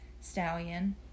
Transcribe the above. stallion